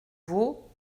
vau